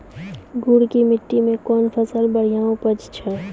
गुड़ की मिट्टी मैं कौन फसल बढ़िया उपज छ?